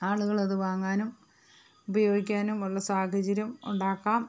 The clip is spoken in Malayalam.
ആളുകൾ അത് വാങ്ങാനും ഉപയോഗിക്കാനും ഉള്ള സാഹചര്യം ഉണ്ടാക്കാം